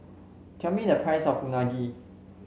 tell me the price of Unagi